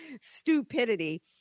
Stupidity